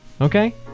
okay